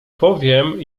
powiem